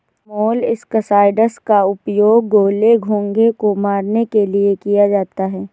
molluscicides का उपयोग गोले, घोंघे को मारने के लिए किया जाता है